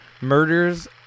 murders